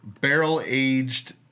barrel-aged